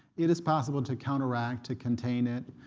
it is possible to counteract, to contain it,